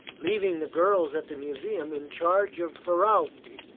leaving the girls at the museum in charge of ferralti,